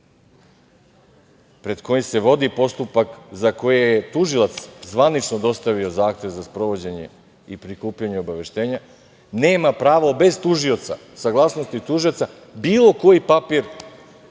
pred kojim se vodi postupak za koji je tužilac zvanično dostavio Zahtev za sprovođenje i prikupljanje obaveštenja nema pravo bez tužioca, saglasnosti tužioca bilo koji papir